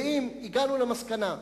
ואם הגענו למסקנה,